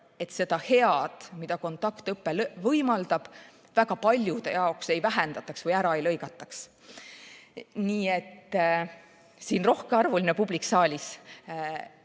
et seda head, mida kontaktõpe võimaldab, väga paljude jaoks ei vähendataks või ära ei lõigataks. Nii et, rohkearvuline publik saalis,